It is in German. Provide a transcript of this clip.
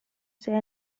sehr